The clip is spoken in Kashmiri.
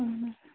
اہن حٲز